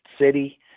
city